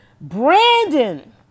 Brandon